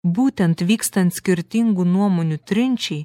būtent vykstant skirtingų nuomonių trinčiai